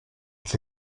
avec